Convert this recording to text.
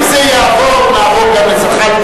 אם זה יעבור, נעבור גם את זחאלקה.